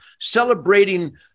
celebrating